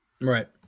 Right